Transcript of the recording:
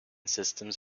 systems